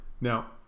Now